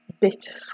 bittersweet